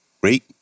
great